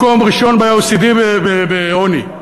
מקום ראשון ב-OECD בעוני.